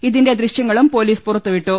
ഇതിന്റെ ദൃശ്യങ്ങളും പൊലീസ് പുറത്തുവിട്ടു